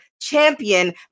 champion